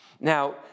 Now